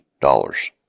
dollars